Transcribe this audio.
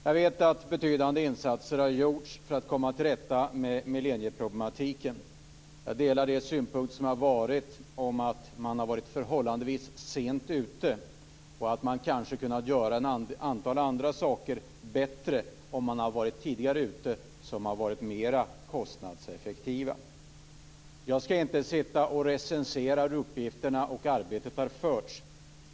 Jag vet att betydande insatser har gjorts för att komma till rätta med millennieproblematiken. Jag delar dock de synpunkter som har framförts om att man har varit förhållandevis sent ute. Kanske hade man kunnat göra ett antal andra saker, bättre och mer kostnadseffektiva, om man hade varit tidigare ute. Jag ska inte sitta och recensera hur uppgifterna och arbetet har utförts.